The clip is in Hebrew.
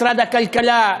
משרד הכלכלה,